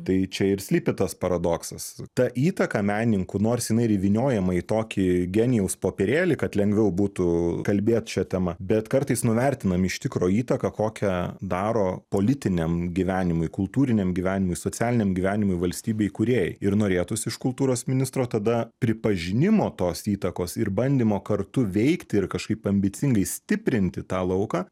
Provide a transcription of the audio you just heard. tai čia ir slypi tas paradoksas ta įtaka menininkų nors jinai ir įvyniojama į tokį genijaus popierėlį kad lengviau būtų kalbėt šia tema bet kartais nuvertinam iš tikro įtaką kokią daro politiniam gyvenimui kultūriniam gyvenimui socialiniam gyvenimui valstybei kūrėjai ir norėtųsi iš kultūros ministro tada pripažinimo tos įtakos ir bandymo kartu veikti ir kažkaip ambicingai stiprinti tą lauką